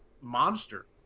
monster